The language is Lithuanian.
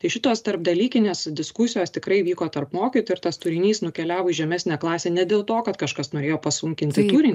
tai šitos tarpdalykinės diskusijos tikrai vyko tarp mokytojų ir tas turinys nukeliavo į žemesnę klasę ne dėl to kad kažkas norėjo pasunkinti turinį